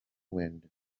wind